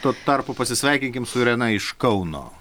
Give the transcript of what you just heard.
tuo tarpu pasisveikinkim su irena iš kauno